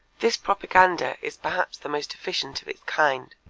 this propaganda is perhaps the most efficient of its kind.